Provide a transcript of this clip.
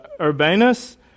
Urbanus